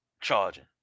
charging